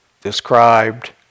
described